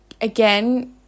again